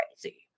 crazy